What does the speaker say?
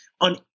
on